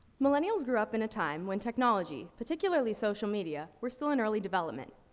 millennials grew up in a time when technology, particularly social media, were still in early development.